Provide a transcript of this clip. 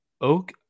oak